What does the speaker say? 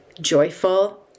joyful